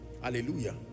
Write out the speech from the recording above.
Hallelujah